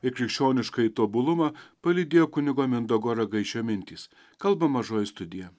ir krikščioniškąjį tobulumą palydėjo kunigo mindaugo ragaišio mintys kalba mažoji studija